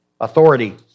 authority